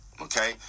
okay